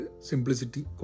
simplicity